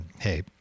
hey